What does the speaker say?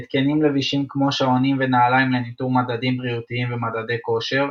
התקנים לבישים כמו שעונים ונעליים לניטור מדדים בריאותיים ומדדי כושר,